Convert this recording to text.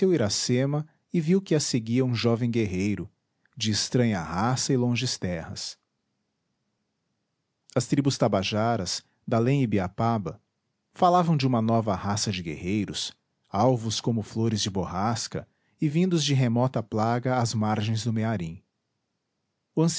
iracema e viu que a seguia um jovem guerreiro de estranha raça e longes terras as tribos tabajaras dalém ibiapaba falavam de uma nova raça de guerreiros alvos como flores de borrasca e vindos de remota plaga às margens do mearim